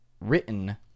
written